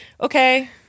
Okay